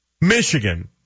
Michigan